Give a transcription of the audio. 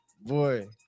Boy